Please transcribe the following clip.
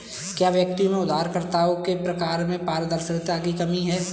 क्या व्यक्तियों में उधारकर्ताओं के प्रकारों में पारदर्शिता की कमी है?